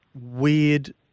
weird